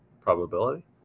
probability